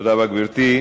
תודה רבה, גברתי.